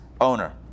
owner